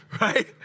right